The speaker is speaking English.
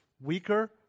weaker